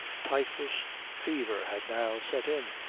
typhus fever had now set in,